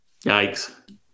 Yikes